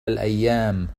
الأيام